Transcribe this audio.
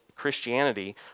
Christianity